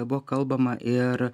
buvo kalbama ir